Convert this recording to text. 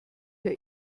herr